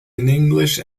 english